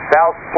South